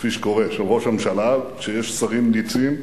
כפי שקורה, של ראש הממשלה, כשיש שרים נצים.